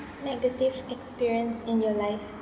negative experience in your life